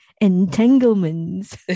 Entanglements